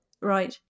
Right